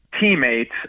teammates